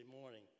morning